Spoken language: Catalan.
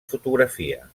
fotografia